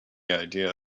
idea